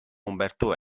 umberto